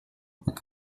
und